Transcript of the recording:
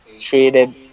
treated